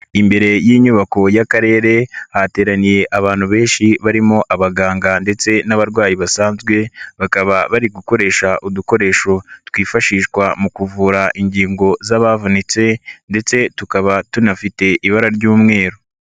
Imbere y'inyubako y'Akarere hateraniye abantu benshi barimo abaganga ndetse n'abarwayi basanzwe bakaba bari gukoresha udukoresho twifashishwa mu kuvura ingingo z'abavunitse ndetse tukaba tunafite ibara ry'umweru.